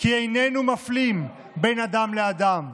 "איננו מפלים בין אדם לאדם.